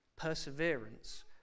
Perseverance